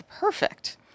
Perfect